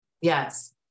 Yes